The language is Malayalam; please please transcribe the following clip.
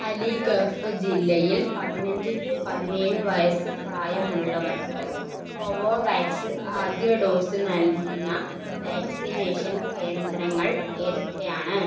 അലീഗർഹ് ജില്ലയിൽ പതിനഞ്ച് ടു പതിനേഴ് വയസ്സ് പ്രായത്തിലുള്ളവർക്ക് കോവോവാക്സ് ആദ്യ ഡോസ് നൽകുന്ന വാക്സിനേഷൻ കേന്ദ്രങ്ങൾ ഏതൊക്കെയാണ്